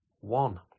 one